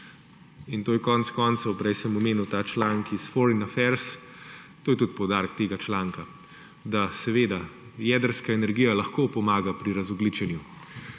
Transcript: bo. To je konec koncev, prej sem omenil ta članek iz Foreign Affairs, to je tudi poudarek tega članka, da seveda jedrska energija lahko pomaga pri razogljičenju,